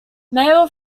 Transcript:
mail